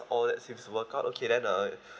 all is seems work out okay then uh